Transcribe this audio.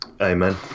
amen